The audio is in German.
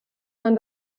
man